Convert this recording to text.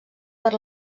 per